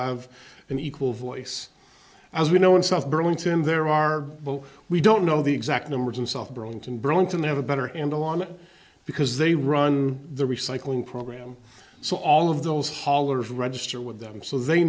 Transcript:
have an equal voice as we know in south burlington there are we don't know the exact numbers and soft burlington burlington they have a better angle on it because they run the recycling program so all of those hollers register with them so they